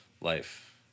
life